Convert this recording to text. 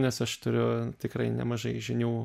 nes aš turiu tikrai nemažai žinių